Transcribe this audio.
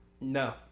No